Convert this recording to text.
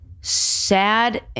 sad